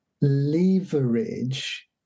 leverage